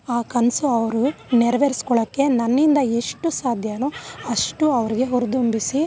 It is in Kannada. ಆ ಕನಸು ಅವರು ನೆರ್ವರ್ಸ್ಕೊಳ್ಳೋಕ್ಕೆ ನನ್ನಿಂದ ಎಷ್ಟು ಸಾಧ್ಯವೋ ಅಷ್ಟು ಅವರಿಗೆ ಹುರಿದುಂಬಿಸಿ